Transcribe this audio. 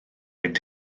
mynd